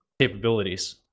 capabilities